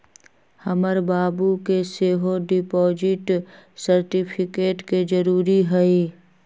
हमर बाबू के सेहो डिपॉजिट सर्टिफिकेट के जरूरी हइ